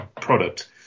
product